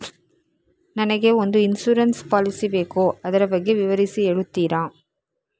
ನನಗೆ ಒಂದು insurance policy ಬೇಕು ಅದರ ಬಗ್ಗೆ ವಿವರಿಸಿ ಹೇಳುತ್ತೀರಾ?